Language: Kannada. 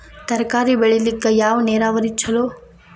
ತರಕಾರಿ ಬೆಳಿಲಿಕ್ಕ ಯಾವ ನೇರಾವರಿ ಛಲೋ?